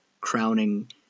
crowning